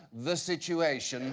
the situation